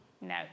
No